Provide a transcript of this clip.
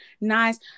nice